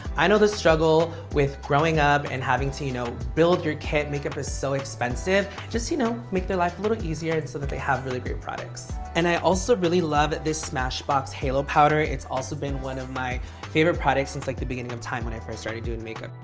i know the struggle with growing up and having to, you know, build your kit. makeup is so expensive. just, you know, make their life a little easier so that they have really great products. and i also really love this smashbox halo powder. it's also been one of my favorite products since like the beginning of time when i first started doing makeup.